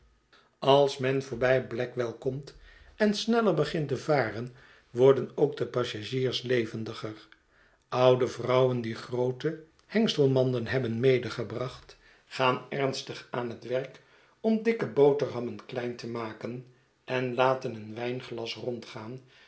als men voorbij blackwell komt en sneller begint te varen worden ook de passagiers levendiger oude vrouwen die groote hengselmanden hebben medegebracht gaan ernstig aan het werk om dikke boterhammen klein te maken en laten een wijnglas rondgaan